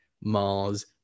Mars